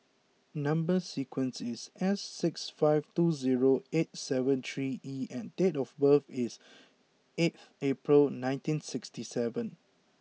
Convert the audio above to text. number sequence is S six five two zero eight seven three E and date of birth is eight April nineteen sixty seven